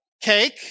Cake